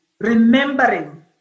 remembering